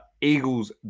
Eagles